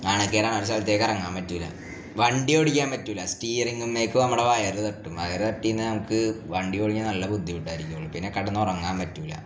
നാണക്കേടാണ് ഒരു സ്ഥലത്തേക്ക് ഇറങ്ങാൻ പറ്റില്ല വണ്ടി ഓടിക്കാൻ പറ്റില്ല സ്റ്റീയറിങ്ങമേക്കും നമ്മുടെ വയറ് തട്ടും വയറ് തട്ടിയെന്ന് നമുക്ക് വണ്ടി ഓടിക്കാൻ നല്ല ബുദ്ധിമുട്ടായിരിക്കുക ഉള്ളൂ പിന്നെ കിടന്ന് ഉറങ്ങാൻ പറ്റില്ല